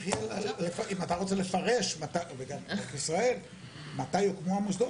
אם אתה וגם בנק ישראל רוצים לפרש מתי יוקמו המוסדות,